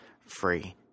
free